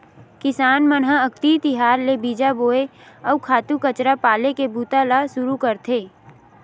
किसान मन ह अक्ति तिहार ले बीजा बोए, अउ खातू कचरा पाले के बूता ल सुरू करथे